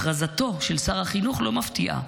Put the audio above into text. הכרזתו של שר החינוך לא מפתיעה,